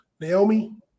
Naomi